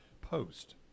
Post